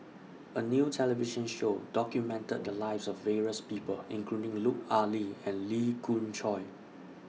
A New television Show documented The Lives of various People including Lut Ali and Lee Khoon Choy